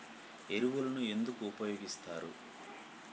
ఎరువులను ఎందుకు ఉపయోగిస్తారు?